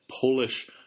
Polish